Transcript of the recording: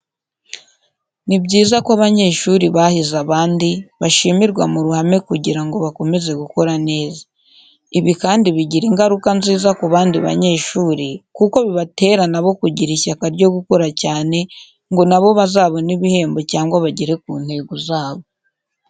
Ni byiza ko abanyeshuri bahize abandi bashimirwa mu ruhame kugira ngo bakomeze gukora neza. Ibi kandi bigira ingaruka nziza ku bandi banyeshuri kuko bibatera na bo kugira ishyaka ryo gukora cyane ngo na bo bazabone ibihembo cyangwa bagere ku ntego zabo.